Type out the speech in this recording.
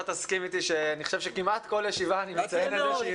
אני חושב שכמעט כל ישיבה אני מציין את זה.